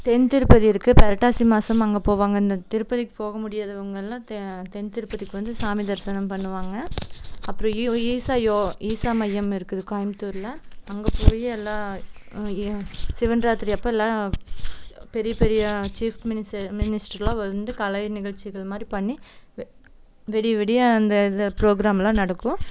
தென்திருப்பதி இருக்குது புரட்டாசி மாதம் அங்கே போவாங்க இந்த திருப்பதிக்கு போக முடியாதவர்கள்லாம் தென்திருப்பதிக்கு வந்து சாமி தரிசனம் பண்ணுவாங்க அப்புறம் ஈஷா ஈஷா மையம் இருக்குது கோயமுத்தூரில் அங்கே போய் எல்லாம் சிவன் இராத்திரி அப்பெல்லாம் பெரிய பெரிய சீஃவ் மினிஸ்டர் மினிஸ்டரெலாம் வந்து கலைநிகழ்ச்சிகள் மாதிரி பண்ணி விடிய விடிய அந்த இது ப்ரோகிராமெலாம் நடக்கும்